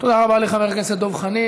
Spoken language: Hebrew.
תודה רבה לחבר הכנסת דב חנין.